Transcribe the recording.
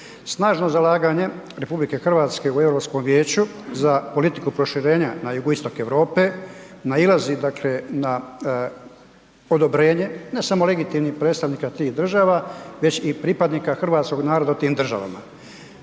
snažno zalaganje RH u Europskom vijeću za politiku proširenja na Jugoistok Europe nailazi na odobrenje, ne samo legitimnih predstavnika tih država već i pripadnika hrvatskog naroda u tim državama.